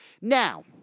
Now